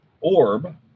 orb